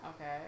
Okay